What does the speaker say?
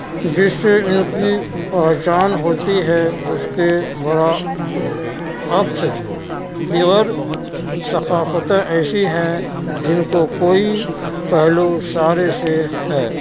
جس سے ان کی پہچان ہوتی ہے اس کے بڑا عکس دیگر ثقافتیں ایسی ہیں جن کو کوئی پہلو اشارے سے ہے